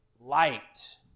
light